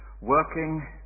working